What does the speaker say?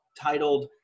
titled